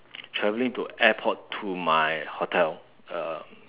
travelling to airport to my hotel um